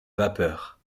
vapeur